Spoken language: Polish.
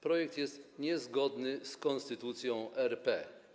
Projekt jest niezgodny z Konstytucją RP.